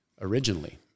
originally